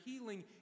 healing